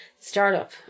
Startup